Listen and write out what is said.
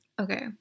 Okay